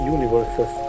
Universes